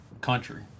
country